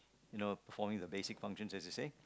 you know performing the basic functions as you say